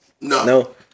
no